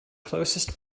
closest